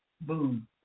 boom